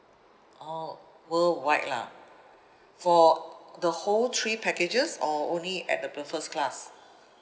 oh worldwide lah for the whole three packages or only at the b~ first class